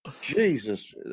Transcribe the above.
Jesus